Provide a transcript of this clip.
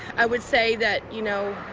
i would say that, you know,